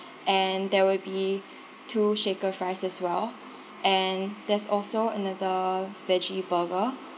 and there will be two shaker fries as well and there's also another veggie burger